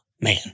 man